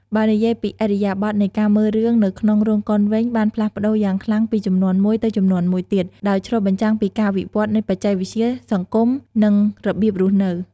បើនិយាយពីឥរិយាបថនៃការមើលរឿងនៅក្នុងរោងកុនវិញបានផ្លាស់ប្ដូរយ៉ាងខ្លាំងពីជំនាន់មួយទៅជំនាន់មួយទៀត ដោយឆ្លុះបញ្ចាំងពីការវិវត្តន៍នៃបច្ចេកវិទ្យា សង្គម និងរបៀបរស់នៅ។